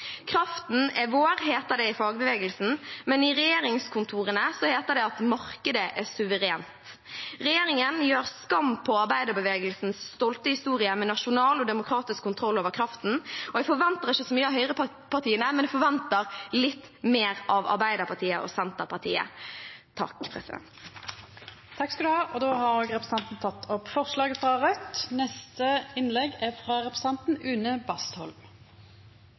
Kraften er vår, heter det i fagbevegelsen, men i regjeringskontorene heter det at markedet er suverent. Regjeringen gjør skam på arbeiderbevegelsens stolte historie med nasjonal og demokratisk kontroll over kraften. Jeg forventer ikke så mye av høyrepartiene, men jeg forventer litt mer av Arbeiderpartiet og Senterpartiet. Takk. Representanten Sofie Marhaug har teke opp det forslaget ho refererte til. I høst og vinter har